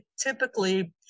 typically